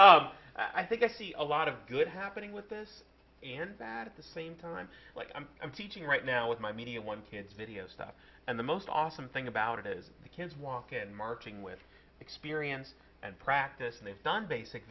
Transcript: i think i see a lot of good happening with this and that at the same time like i'm teaching right now with my media one kid's video stuff and the most awesome thing about it is the kids walk in marching with experience and practice and they've done basic